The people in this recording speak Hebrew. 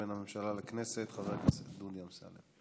בין הממשלה לכנסת חבר הכנסת דודי אמסלם.